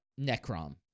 Necrom